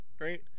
Right